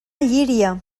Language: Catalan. llíria